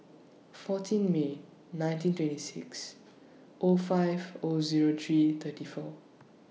fourteen May nineteen twenty six O five O Zero three thirty four